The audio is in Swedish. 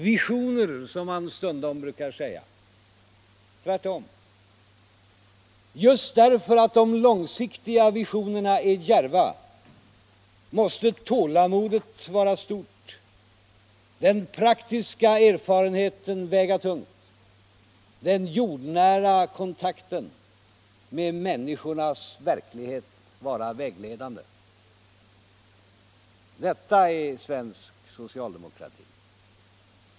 Visioner, som man stundom brukar säga. Tvärtom. Just därför att de långsiktiga visionerna är djärva måste tålamodet vara stort, den praktiska erfarenheten väga tungt, den jordnära kontakten med människornas verklighet vara vägledande. Detta är svensk socialdemokrati.